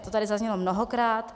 To tady zaznělo mnohokrát.